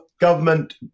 government